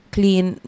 clean